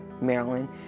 Maryland